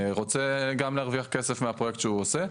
רוצה גם להרוויח כסף מהפרויקט שהוא עושה,